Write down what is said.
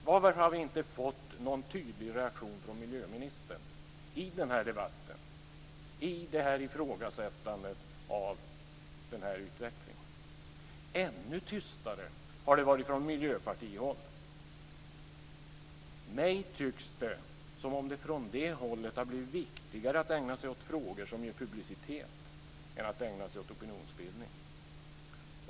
Varför har vi inte fått någon tydlig reaktion från miljöministern i den här debatten när det gäller ifrågasättandet av den här utvecklingen? Ännu tystare har det varit från miljöpartihåll. Det tycks mig som om det från det hållet har blivit viktigare att ägna sig åt frågor som ger publicitet än att ägna sig åt opinionsbildning.